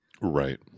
Right